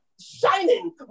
shining